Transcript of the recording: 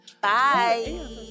Bye